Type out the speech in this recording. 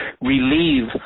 relieve